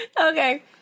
Okay